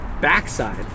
backside